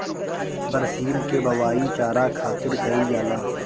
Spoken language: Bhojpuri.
बरसीम के बोआई चारा खातिर कईल जाला